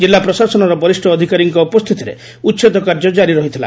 ଜିଲ୍ଲା ପ୍ରଶାସନର ବରିଷ୍ଡ ଅଧିକାରୀଙ୍କ ଉପସ୍ତିତିରେ ଉଛେଦ କାର୍ଯ୍ୟ ଜାରି ରହିଥିଲା